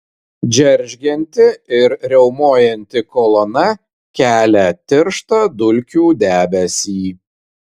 džeržgianti ir riaumojanti kolona kelia tirštą dulkių debesį